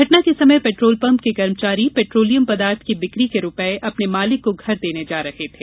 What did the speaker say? घटना के समय पेट्रोलपंप के कर्मचारी पेट्रोलियम पदार्थ के बिकी के रुपये अपने मालिक को घर देने जा रहे थे